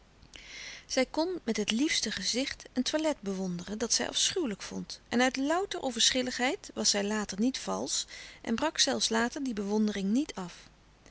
zij kon met het liefste gezicht een toilet bewonderen dat zij afschuwelijk vond en uit louter onverschilligheid was zij later niet valsch en brak zelfs later die bewondering niet af